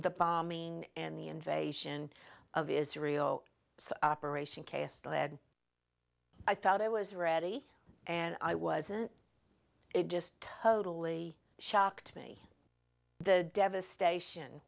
the bombing and the invasion of israel so operation cast lead i thought i was ready and i wasn't it just totally shocked me the devastation